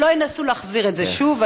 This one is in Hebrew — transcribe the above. שלא ינסו להחזיר את זה שוב.